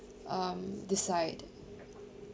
um decide